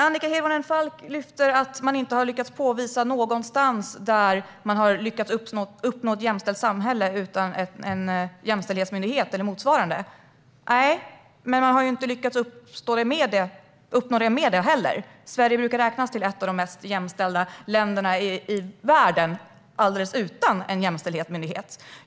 Annika Hirvonen Falk lyfter att man ingenstans har lyckats påvisa att man har uppnått ett jämställt samhälle utan en jämställdhetsmyndighet eller motsvarande. Nej, men man har inte heller lyckats uppnå det med en sådan. Sverige brukar räknas till de mest jämställda länderna i världen alldeles utan en jämställdhetsmyndighet.